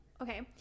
okay